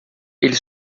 ele